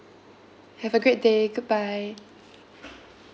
have a great day goodbye